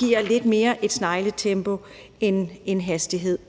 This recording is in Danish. hastighed sker lidt mere et snegletempo. Vi startede